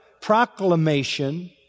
proclamation